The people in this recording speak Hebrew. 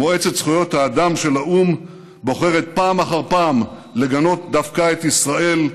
מועצת זכויות האדם של האו"ם בוחרת פעם אחר פעם לגנות דווקא את ישראל,